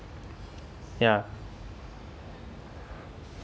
ya